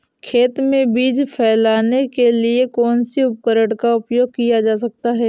खेत में बीज फैलाने के लिए किस उपकरण का उपयोग किया जा सकता है?